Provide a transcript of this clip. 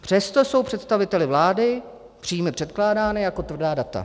Přesto jsou představiteli vlády příjmy předkládány jako tvrdá data.